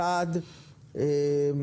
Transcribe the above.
ראשית,